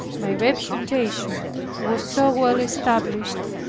my reputation was so well established,